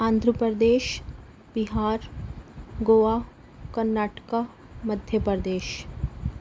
Andhra Pradesh Bihar Goa Karnataka Madhya Pradesh